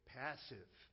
passive